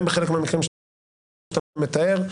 גם בחלק מהמקרים שאתה מתאר,